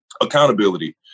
accountability